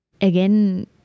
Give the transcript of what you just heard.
again